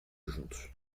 juntos